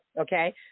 okay